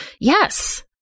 Yes